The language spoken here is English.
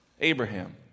Abraham